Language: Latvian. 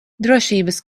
drošības